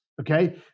okay